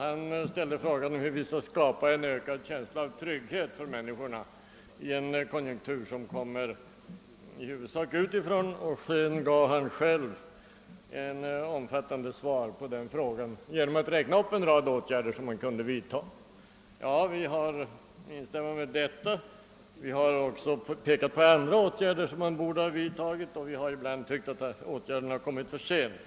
Han ställde frågan, hur vi skall kunna skapa en ökad känsla av trygghet för människorna i nuvarande konjunktur, och sedan gav han själv ett omfattande svar på den frågan genom att räkna upp en rad åtgärder som man kunde vidta. Jag instämmer i detta. Vi har också pekat på andra åtgärder som man borde ha vidtagit, och vi har ibland tyckt att de åtgärder som vidtagits kommit för sent.